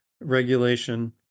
regulation